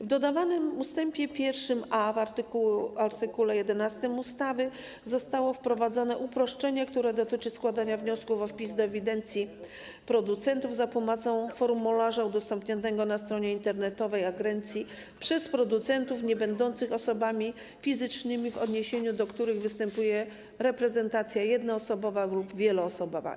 W dodawanym ust. 1a w art. 11 ustawy zostało wprowadzone uproszczenie, które dotyczy składania wniosków o wpis do ewidencji producentów za pomocą formularza udostępnionego na stronie internetowej agencji przez producentów niebędących osobami fizycznymi, w odniesieniu do których występuje reprezentacja jednoosobowa lub wieloosobowa.